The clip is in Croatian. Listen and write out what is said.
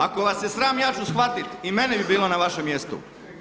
Ako vas je sram ja ću shvatiti i mene bi bilo na vašem mjestu.